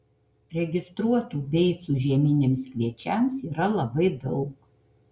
registruotų beicų žieminiams kviečiams yra labai daug